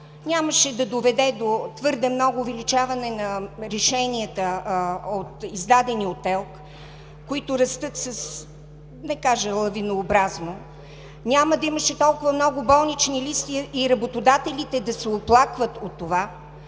нямаше да доведе до твърде много увеличаване на решенията, издадени от ТЕЛК, които растат, да кажа лавинообразно, нямаше да има толкова много болнични листове и работодателите да се оплакват от това.